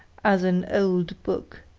as an old book.